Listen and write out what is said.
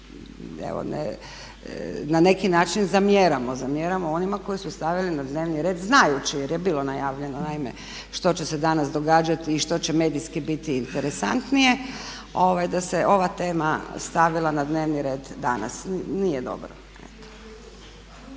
zamjeramo, zamjeramo onima koji su stavili na dnevni red znajući jer je bilo najavljeno naime što će se danas događati i što će medijski biti interesantnije, da se ova tema stavila na dnevni red danas, nije dobro.